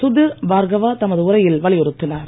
சுதிர் பார்கவா தமது உரையில் வலியுறுத்தினார்